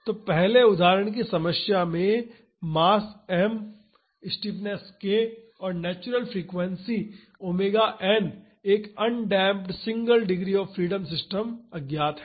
तो पहले उदाहरण की समस्या में मास m स्टिफनेस k और नेचुरल फ्रीक्वेंसी ओमेगा n एक undamped single degree of freedom system अज्ञात है